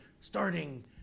starting